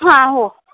हां हो